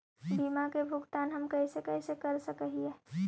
बीमा के भुगतान हम कैसे कैसे कर सक हिय?